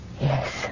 Yes